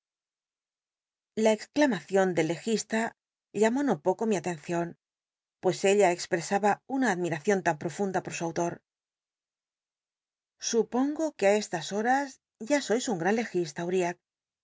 la cxclamacion del legisla llamó no poco mi atcncion pues ella expresaba una admiracion tan profunda por su ntor an supongo que i estas horas ya sois un gr legisla